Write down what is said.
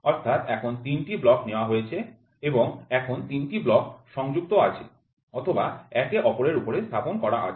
অর্থাৎ এখন ৩টি ব্লক নেওয়া হয়েছে এবং এখন ৩টি ব্লক সংযুক্ত আছে অথবা একে অপরের উপরে স্থাপন করা আছে